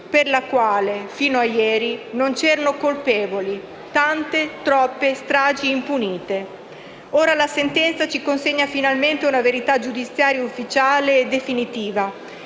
per la quale, fino a ieri, non c'erano colpevoli, tante, troppe, stragi impunite. Ora, la sentenza ci consegna finalmente una verità giudiziaria ufficiale e definitiva